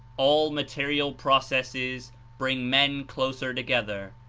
all material processes bring men closer together,